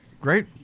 great